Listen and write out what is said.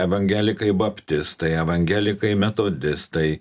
evangelikai baptistai evangelikai metodistai